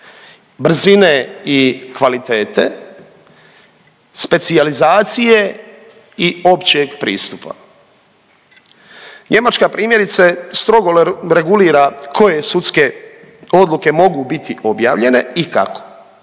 brzine i kvalitete, specijalizacije i općeg pristupa. Njemačka primjerice strogo regulira koje sudske odluke mogu biti objavljene i kako.